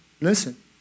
listen